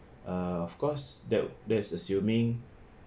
uh of course that that's assuming